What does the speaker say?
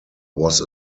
was